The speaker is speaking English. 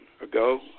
ago